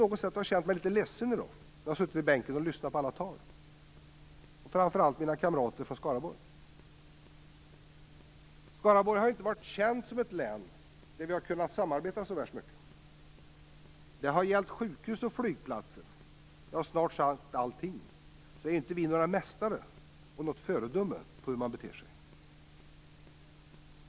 Jag har känt mig litet ledsen när jag har suttit i bänken i dag och lyssnat på alla tal, framför allt från mina kamrater på Skaraborgsbänken. Skaraborg har inte varit känt som ett län där vi har kunnat samarbeta så särskilt väl. Det har gällt beträffande sjukhus och flygplatser, ja, snart sagt beträffande allting, att vi inte har varit några mästare eller något föredöme i avseende på hur man skall bete sig.